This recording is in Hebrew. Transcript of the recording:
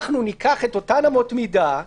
אנחנו ניקח אותן אמות מידה,